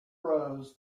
rose